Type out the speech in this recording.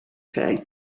pay